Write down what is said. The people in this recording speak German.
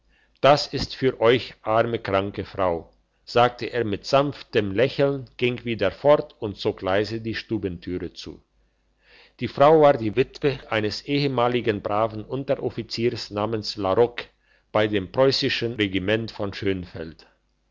das ist für euch arme kranke frau sagte er mit sanftem lächeln ging wieder fort und zog leise die stubentüre zu die frau war die witwe eines ehemaligen braven unteroffiziers namens laroque bei dem preussischen regiment von schönfeld